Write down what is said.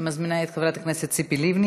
אני מזמינה את חברת הכנסת ציפי לבני,